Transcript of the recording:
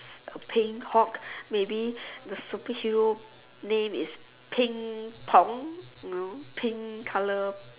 a pink Hulk maybe the super hero name is pink Tom you know pink color